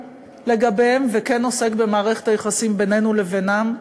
לגביהם וכן עוסקים במערכת היחסים בינינו לבינם.